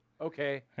okay